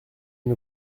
une